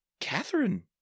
Catherine